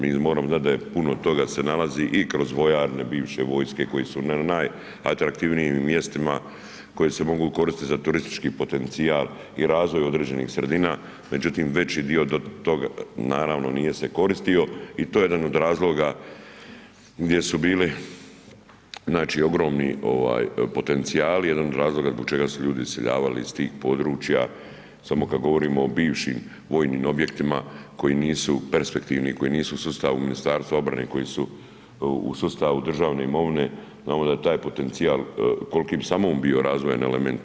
Mi moramo znat da je puno toga se nalazi i kroz vojarne bivše vojske koji su na najatraktivnijim mjestima, koje se mogu koristiti za turistički potencijal i razvoj određenih sredina, međutim veći dio do toga naravno nije se koristio i to je jedan od razloga gdje su bili znači ogromni potencijali, jedan od razloga zbog čega su ljudi iseljavali iz tih područja, samo kad govorimo o bivšim vojnim objektima koji nisu perspektivni, koji nisu u sustavu Ministarstvu obrane, koji su u sustavu državne imovine, znamo da je taj potencijal, koliki bi samo on bio razvojan element.